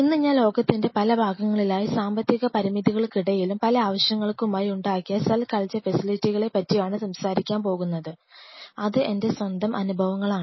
ഇന്ന് ഞാൻ ലോകത്തിൻറെ പല ഭാഗങ്ങളിലായി സാമ്പത്തിക പരിമിതികൾക്കിടയിലും പല ആവശ്യങ്ങൾക്കുമായി ഉണ്ടാക്കിയ സെൽ കൾച്ചർ ഫെസിലിറ്റികളെ പറ്റിയാണ് സംസാരിക്കാൻ പോകുന്നത് അത് എന്റെ സ്വന്തം അനുഭവങ്ങളാണ്